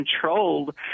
controlled